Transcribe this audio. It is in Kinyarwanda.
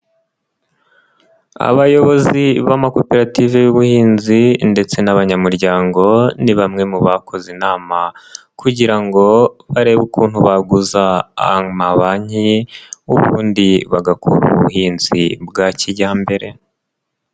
Abayobozi b'amakoperative y'ubuhinzi ndetse n'abanyamuryango ni bamwe mu bakoze inama kugira ngo barebe ukuntu baguza amabanki ubundi bagakora ubuhinzi bwa kijyambere.